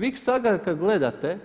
Vi sada kad gledate,